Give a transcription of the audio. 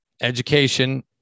education